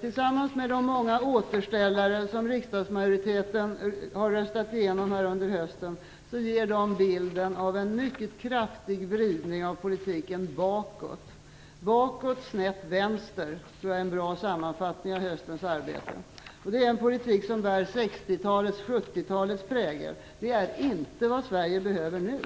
Tillsammans med de många återställare som riksdagsmajoriteten har röstat igenom här under hösten ger de en bild av en mycket kraftig vridning av politiken bakåt. Bakåt, snett åt vänster - det tror jag är en bra sammanfattning av höstens arbete. Det är en politik som bär 60 och 70-talens prägel. Detta är inte vad Sverige behöver nu.